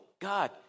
God